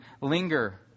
linger